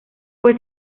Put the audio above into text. fue